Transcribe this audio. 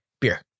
beer